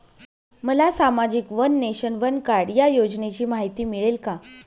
मला सामाजिक one nation, one card या योजनेची माहिती मिळेल का?